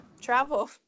travel